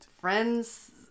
friends